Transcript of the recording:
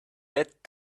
yet